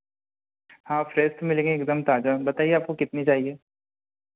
हाँ फ्रेस मिलेगी एक दम ताज़ा बताइए आपको कितनी चाहिए